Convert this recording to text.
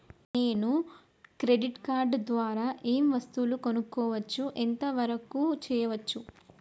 నేను credit card ద్వారా ఏం వస్తువులు కొనుక్కోవచ్చు ఎంత వరకు చేయవచ్చు?